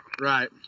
Right